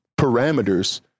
parameters